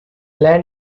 land